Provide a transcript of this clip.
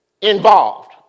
involved